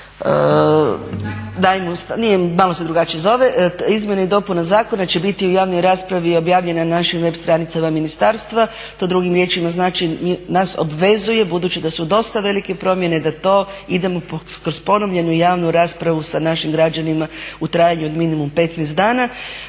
izmjena i dopuna zakona će biti u javnoj raspravi objavljena na našim web stranicama ministarstva. To drugim riječima znači nas obvezuje budući da su dosta velike promjene da to idemo kroz ponovljenu javnu raspravu sa našim građanima u trajanju od minimum 15 dana.